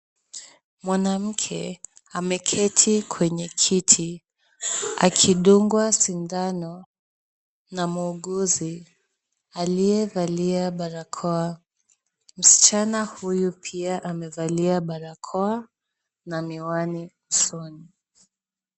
Mwanamke ameketi kwenye kiti, akidungwa sindano na muuguzi aliyevalia barakoa , msichana huyu pia amevaa barakoa na miwani usoni .